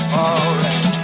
alright